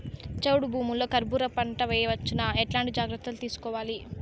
చౌడు భూముల్లో కర్బూజ పంట వేయవచ్చు నా? ఎట్లాంటి జాగ్రత్తలు తీసుకోవాలి?